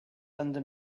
under